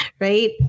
right